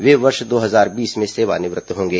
वे वर्ष दो हजार बीस में सेवानिवृत्त होंगे